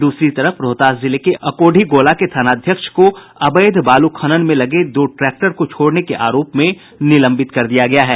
दूसरी तरह रोहतास जिले के अकोढ़ीगोला के थाना अध्यक्ष को अवैध बालू खनन में लगे दो ट्रैक्टर को छोड़ने के आरोप में निलंबित कर दिया गया है